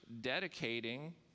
dedicating